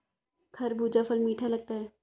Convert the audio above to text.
खरबूजा फल मीठा लगता है